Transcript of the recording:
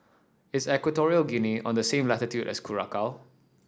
is Equatorial Guinea on the same latitude as Curacao